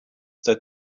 that